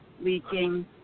leaking